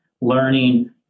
learning